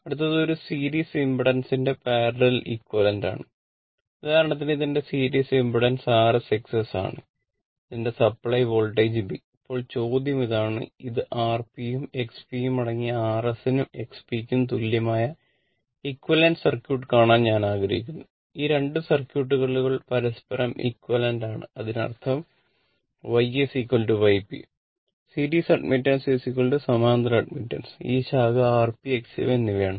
അടുത്തത് ഒരു സീരീസ് ഇമ്പേഡെൻസിന്റെ പാരലൽ എക്വിവാലെന്റ ആണ് ഉദാഹരണത്തിന് ഇത് എന്റെ സീരീസ് ഇംപെഡൻസ് ഈ ശാഖ RP XP എന്നിവയാണ്